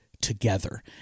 together